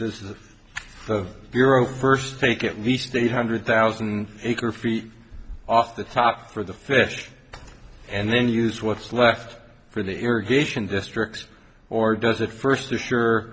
the bureau first take at least eight hundred thousand acre feet off the top for the fish and then use what's left for the irrigation districts or does it first there sure